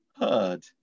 heard